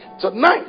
Tonight